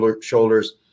shoulders